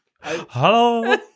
Hello